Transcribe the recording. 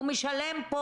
הוא משלם.